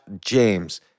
James